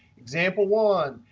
example one,